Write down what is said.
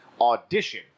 audition